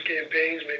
campaigns